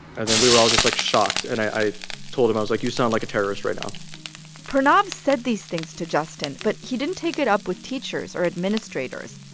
and then we were all just, like, shocked. and i told him i was like, you sound like a terrorist right now pranav said these things to justin, but he didn't take it up with teachers or administrators.